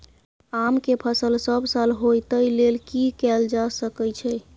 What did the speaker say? आम के फसल सब साल होय तै लेल की कैल जा सकै छै?